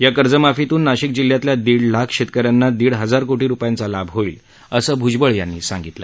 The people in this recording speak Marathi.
या कर्जमाफीतन नाशिक जिल्ह्यातल्या दीड लाख शेतकऱ्यांना दीड हजार कोटी रुपयांचा लाभ होईल असंही भ्जबळ यांनी सांगितलं